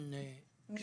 יותר